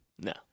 No